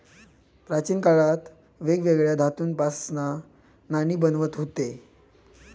प्राचीन काळात वेगवेगळ्या धातूंपासना नाणी बनवत हुते